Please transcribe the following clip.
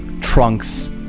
trunks